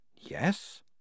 Yes